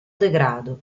degrado